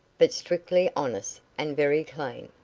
but strictly honest and very clean.